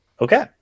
Okay